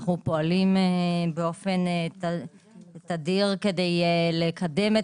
אנו פועלים באופן תדיר כדי לקדם את